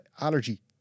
allergy